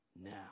now